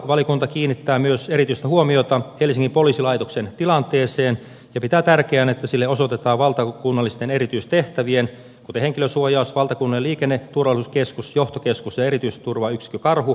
valiokunta kiinnittää myös erityistä huomiota helsingin poliisilaitoksen tilanteeseen ja pitää tärkeänä että sille osoitetaan valtakunnallisiin erityistehtäviin kuten henkilönsuojaus valtakunnallinen liikenneturvallisuuskeskus johtokeskus ja erityisturvayksikkö karhu riittävä rahoitus